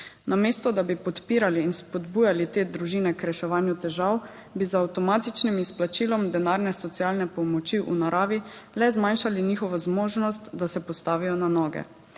Namesto da bi podpirali in spodbujali te družine k reševanju težav, bi z avtomatičnim izplačilom denarne socialne pomoči v naravi le zmanjšali njihovo zmožnost, da se postavijo na noge.